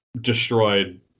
destroyed